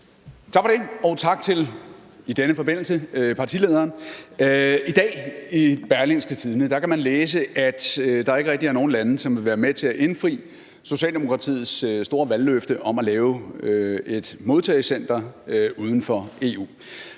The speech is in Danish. Man kan i dag i Berlingske læse, at der ikke rigtig er nogen lande, som vil være med til at indfri Socialdemokratiets store valgløfte om at lave et modtagecenter uden for EU.